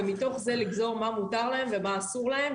ומתוך זה לגזור מה מותר להם ומה אסור להם.